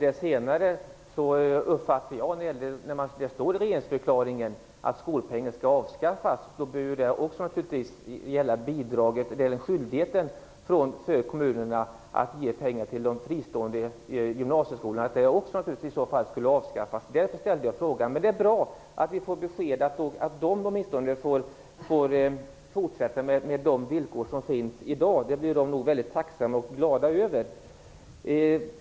Herr talman! Det står i regeringsförklaringen att skolpengen skall avskaffas. Innebär det att skyldigheten för kommunerna att ge pengar till de fristående gymnasieskolorna också avskaffas? Det var därför jag ställde frågan. Det är bra att vi fått beskedet att åtminstone de får fortsätta med de villkor som gäller i dag. Det blir de nog väldigt tacksamma och glada över.